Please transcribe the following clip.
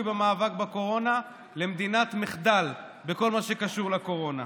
במאבק בקורונה למדינת מחדל בכל מה שקשור לקורונה?